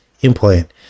implant